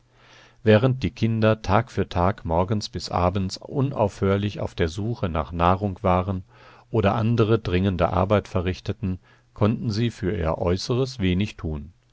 während die kinder tag für tag von morgens bis abends unaufhörlich auf der suche nach nahrung waren oder andere dringende arbeiten verrichteten konnten sie für ihr äußeres wenig tun